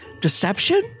Deception